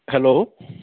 hello